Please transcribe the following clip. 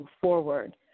forward